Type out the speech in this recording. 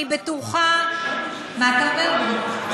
זה כבר מזמן, ב-2009, מה אתה אומר, דודי?